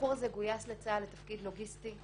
הבחור הזה גויס לצה"ל לתפקיד לוגיסטי.